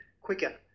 quicker